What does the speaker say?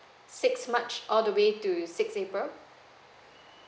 six march all the way to six april